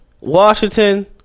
Washington